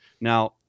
Now